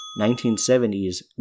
1970's